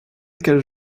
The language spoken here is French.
qu’elles